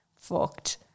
Fucked